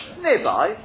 Nearby